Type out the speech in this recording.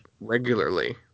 regularly